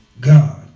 God